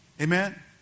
Amen